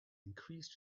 increased